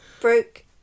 broke